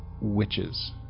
witches